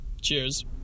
Cheers